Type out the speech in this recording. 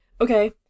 Okay